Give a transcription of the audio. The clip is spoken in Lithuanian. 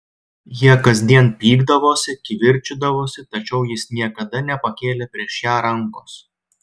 jie kasdien pykdavosi kivirčydavosi tačiau jis niekada nepakėlė prieš ją rankos